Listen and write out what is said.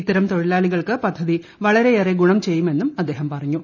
ഇത്തരം തൊഴിലാളികൾക്ക് പദ്ധതി വളരെയേറെ ഗുണം ചെയ്യുമെന്നും അദ്ദേഹം പറഞ്ഞു